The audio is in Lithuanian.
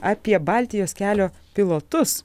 apie baltijos kelio pilotus